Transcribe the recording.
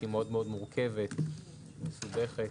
שהיא מאוד מורכבת ומסוברת?